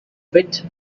bit